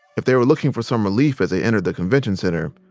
if they were looking for some relief as they entered the convention center,